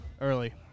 early